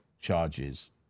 charges